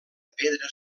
pedra